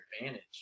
advantage